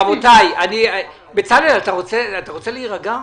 בצלאל, אתה רוצה להירגע?